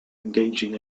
engaging